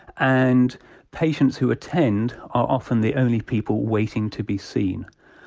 and patients who attend are often the only people waiting to be seen.